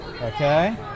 Okay